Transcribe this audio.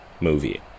movie